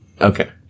Okay